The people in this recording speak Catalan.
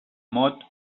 mot